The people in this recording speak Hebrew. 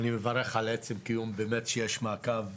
אני מברך על עצם קיום הוועדה, באמת שיש מעקב